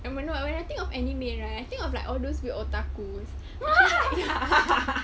and we're no err when I think of anime right I think of like all those weird otaku